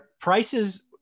prices